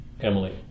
Emily